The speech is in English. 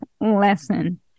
lesson